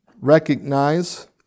recognize